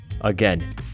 Again